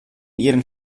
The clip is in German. ihren